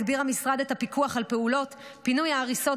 הגביר המשרד את הפיקוח על פעולות פינוי ההריסות